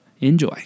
enjoy